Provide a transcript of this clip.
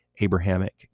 Abrahamic